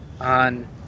on